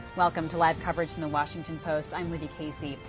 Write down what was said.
welcome to live coverage from the washington post. i'm libby casey.